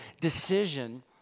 decision